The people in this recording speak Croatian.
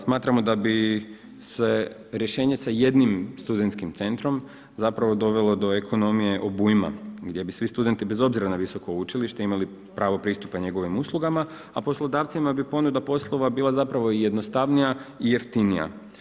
Smatramo da bi se rješenje sa jednim studentskim centrom dovelo do ekonomije obujma gdje bi svi studenti bez obzira na visoko učilište imali pravo pristupa njegovim uslugama, a poslodavcima bi ponuda poslova bila jednostavnija i jeftinija.